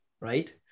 right